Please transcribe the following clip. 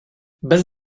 bez